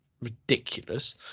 ridiculous